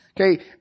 Okay